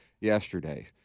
yesterday